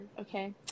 Okay